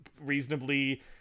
reasonably